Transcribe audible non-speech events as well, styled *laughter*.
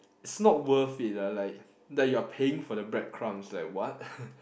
it's not worth it lah like like you are paying for the breadcrumbs like what *noise*